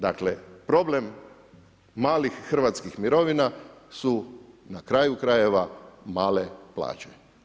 Dakle problem malih hrvatskih mirovina su na kraju krajeva male plaće.